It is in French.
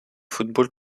football